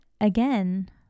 again